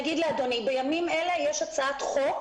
בימים אלה ממש יש הצעת חוק,